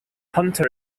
hunter